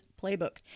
playbook